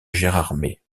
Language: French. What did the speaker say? gérardmer